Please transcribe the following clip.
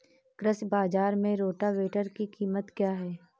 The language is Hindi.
कृषि बाजार में रोटावेटर की कीमत क्या है?